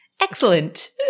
Excellent